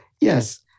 Yes